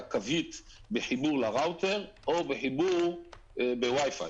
קווית בחיבור לראוטר או בחיבור אלחוטי.